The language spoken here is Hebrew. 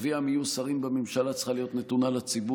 הקביעה מי יהיו שרים בממשלה צריכה להיות נתונה לציבור.